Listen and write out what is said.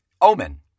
Omen